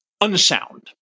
unsound